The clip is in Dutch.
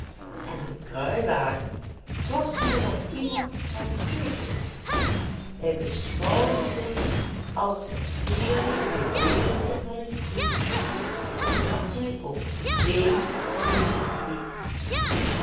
en de kruiwagen was nog al iemand van beteekenis hij beschouwde zich als het vierde gedeelte van een koets omdat hij op één wiel liep